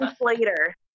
later